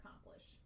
accomplish